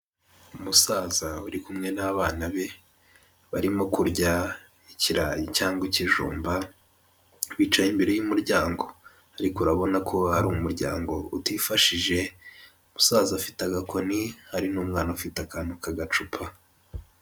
Umusaza uri kumwe n'abana be, barimo kurya ikirayi cyangwa ikijumba, bicaye imbere y'umuryango ariko urabona ko hari umuryango utifashije, umusaza afite agakoni hari n'umwana ufite akantu k'agacupa.